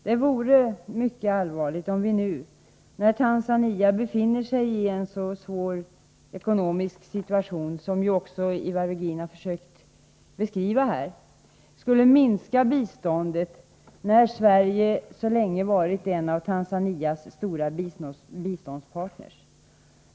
Det vore mycket allvarligt om vi nu när Tanzania befinner sig i en så svår ekonomisk situation, som också Ivar Virgin försökte beskriva här, skulle minska biståndet när Sverige så länge varit en av Tanzanias stora biståndspartner.